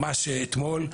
ממש אתמול,